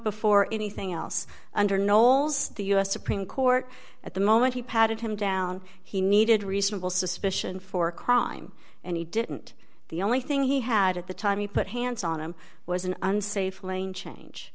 before anything else under knowles the u s supreme court at the moment he patted him down he needed reasonable suspicion for a crime and he didn't the only thing he had at the time he put hands on him was an unsafe lane change